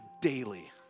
daily